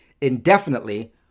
indefinitely